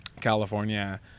California